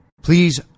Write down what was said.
Please